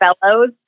fellows